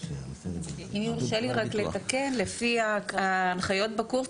אם יורשה לי לתקן: לפי ההנחיות בקורס,